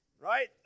Right